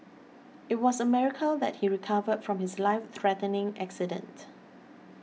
it was a miracle that he recovered from his life threatening accident